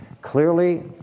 Clearly